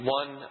one